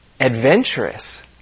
Adventurous